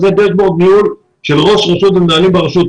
זה דש-בורד ניהול של ראש רשות ומנהלים ברשות.